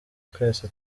twese